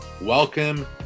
Welcome